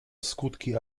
skutki